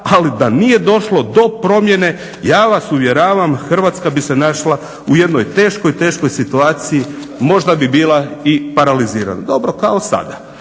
ali da nije došlo do promjene ja vas uvjeravam Hrvatska bi se našla u jednoj teškoj, teškoj situaciji. Možda bi bila i paralizirana, dobro kao sada.